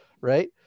right